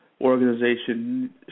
organization